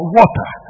water